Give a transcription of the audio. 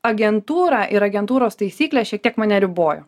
agentūra ir agentūros taisyklės šiek tiek mane ribojo